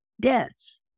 deaths